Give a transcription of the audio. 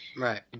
Right